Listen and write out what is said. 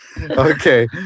Okay